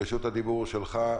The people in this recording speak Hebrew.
רשות הדיבור היא שלך.